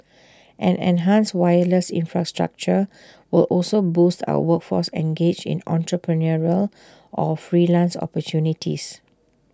an enhanced wireless infrastructure will also boost our workforce engaged in entrepreneurial or freelance opportunities